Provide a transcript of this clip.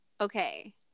Okay